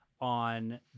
on